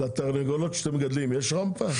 לתרנגולות שאתם מגדלים יש רמפה?